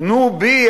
תנו בי,